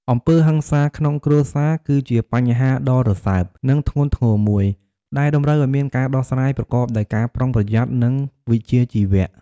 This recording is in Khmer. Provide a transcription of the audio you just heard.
អំពើហិង្សាក្នុងគ្រួសារ គឺជាបញ្ហាដ៏រសើប និងធ្ងន់ធ្ងរមួយ ដែលតម្រូវឲ្យមានការដោះស្រាយប្រកបដោយការប្រុងប្រយ័ត្ន និងវិជ្ជាជីវៈ។